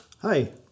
Hi